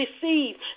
deceived